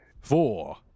Four